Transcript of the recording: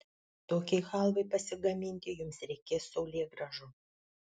tokiai chalvai pasigaminti jums reikės saulėgrąžų